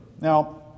Now